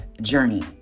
journey